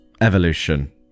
evolution